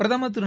பிரதமர் திரு